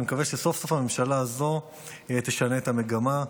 אני מקווה שסוף-סוף הממשלה הזו תשנה את המגמה,